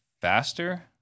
faster